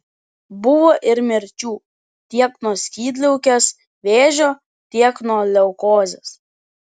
buvo ir mirčių tiek nuo skydliaukės vėžio tiek nuo leukozės